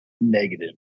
negative